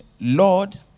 Lord